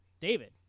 David